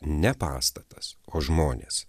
ne pastatas o žmonės